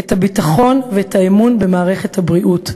את הביטחון ואת האמון במערכת הבריאות,